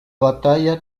batalla